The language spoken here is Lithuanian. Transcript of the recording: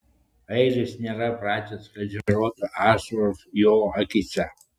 airis nėra pratęs kad žėruotų ašaros jo akyse